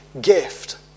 gift